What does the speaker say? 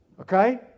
Okay